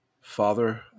Father